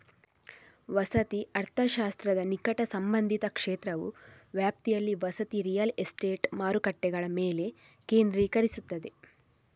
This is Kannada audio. ವಸತಿ ಅರ್ಥಶಾಸ್ತ್ರದ ನಿಕಟ ಸಂಬಂಧಿತ ಕ್ಷೇತ್ರವು ವ್ಯಾಪ್ತಿಯಲ್ಲಿ ವಸತಿ ರಿಯಲ್ ಎಸ್ಟೇಟ್ ಮಾರುಕಟ್ಟೆಗಳ ಮೇಲೆ ಕೇಂದ್ರೀಕರಿಸುತ್ತದೆ